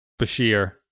Bashir